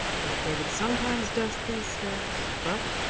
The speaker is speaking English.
if they would sometimes dust these steps but,